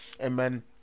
Amen